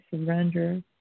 surrender